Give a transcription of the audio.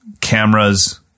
cameras